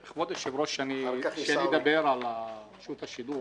כבוד היושב-ראש, כשאני מדבר על רשות השידור